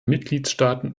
mitgliedstaaten